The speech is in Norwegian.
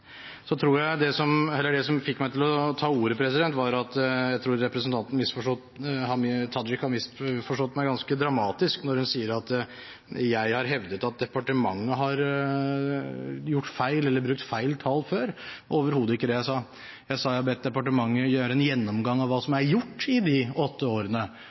Det som fikk meg til å ta ordet, var at jeg tror at representanten Tajik har misforstått meg ganske dramatisk når hun sier at jeg har hevdet at departementet har brukt feil tall før. Det var overhodet ikke det jeg sa. Jeg sa at jeg hadde bedt departementet gjøre en gjennomgang av hva som er gjort i de åtte årene.